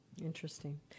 Interesting